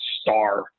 Star